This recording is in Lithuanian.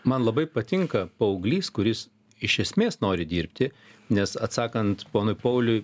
man labai patinka paauglys kuris iš esmės nori dirbti nes atsakant ponui pauliui